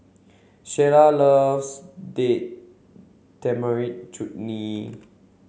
Sheyla loves Date Tamarind Chutney